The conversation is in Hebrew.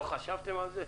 לא חשבתם על זה?